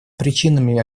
причинами